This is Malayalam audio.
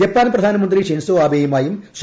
ജപ്പാൻ പ്രധാനമന്ത്രി ഷിൻസൊ ആബെയുമായും ശ്രീ